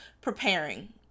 preparing